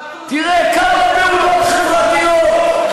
תראה כמה פעולות חברתיות.